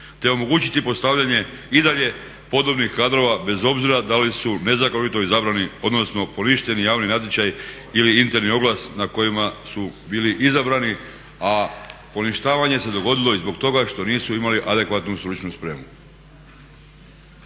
te omogućiti postavljanje i dalje podobnih kadrova bez obzira da li su nezakonito izabrani, odnosno poništeni javni natječaji ili interni oglas na kojima su bili izabrani a poništavanje se dogodilo i zbog toga što nisu imali adekvatnu stručnu spremu.